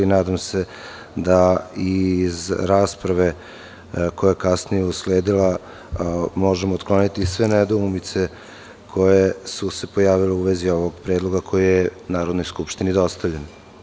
Nadam se da i iz rasprave koja je dalje usledila možemo otkloniti sve nedoumice koje su se pojavile u vezi ovog predloga koji je Narodnoj skupštini dostavljen.